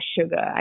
sugar